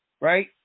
Right